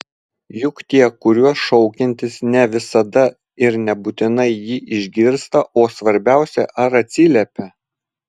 juk tie kuriuos šaukiantis ne visada ir nebūtinai jį išgirstą o svarbiausia ar atsiliepią